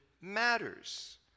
matters